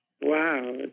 Wow